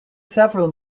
several